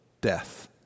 death